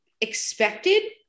expected